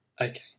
Okay